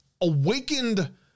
awakened